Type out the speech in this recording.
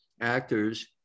actors